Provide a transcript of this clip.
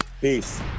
Peace